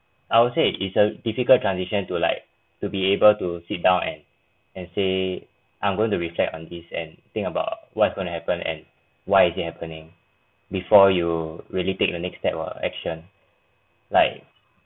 I would say it's a difficult transition to like to be able to sit down and and say I'm going to reflect on this and think about what's going to happen and why is this happening before you really take the next step of action like